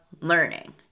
learning